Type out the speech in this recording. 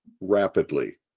rapidly